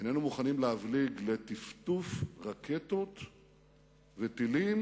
איננו מוכנים להבליג על טפטוף רקטות וטילים.